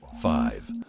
Five